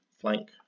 flank